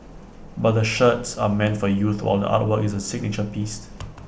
but the shirts are meant for youth while the artwork is A signature piece